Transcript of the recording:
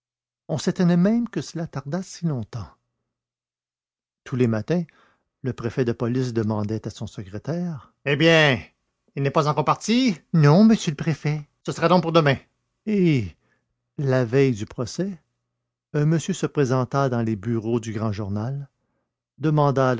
on s'étonnait même que cela tardât si longtemps tous les matins le préfet de police demandait à son secrétaire eh bien il n'est pas encore parti non monsieur le préfet ce sera donc pour demain et la veille du procès un monsieur se présenta dans les bureaux du grand journal demanda